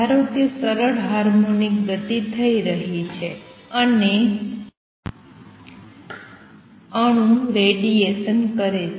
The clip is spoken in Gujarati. ધારો કે સરળ હાર્મોનિક ગતિ થઈ રહી છે અને અણુ રેડીએશન કરે છે